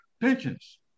pensions